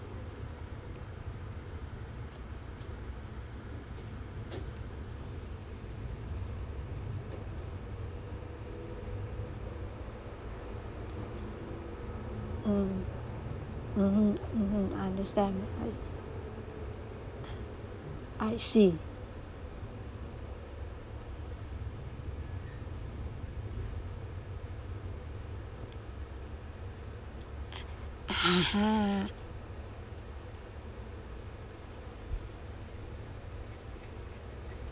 mm mmhmm mmhmm I understand I I see ah ha